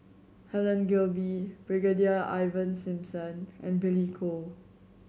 Helen Gilbey Brigadier Ivan Simson and Billy Koh